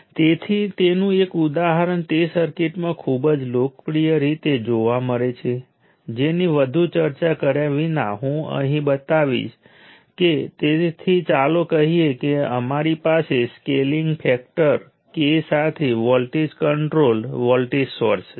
હવે પાવર એ પાવર તરીકે વ્યાખ્યાયિત કરવામાં આવે છે જે એલિમેન્ટને ડીલીવર કરવામાં આવે છે તે તમામ ટર્મિનલ્સ ઉપર VKIK ના સરવાળા તરીકે વ્યાખ્યાયિત કરવામાં આવે છે જે મૂળભૂત રીતે V1 I1V2 I2VNIN છે